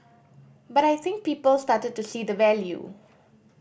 but I think people started to see the value